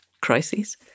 crises